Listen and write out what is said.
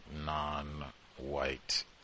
Non-white